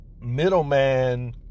middleman